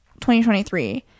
2023